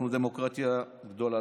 אנחנו דמוקרטיה גדולה.